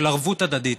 של ערבות הדדית.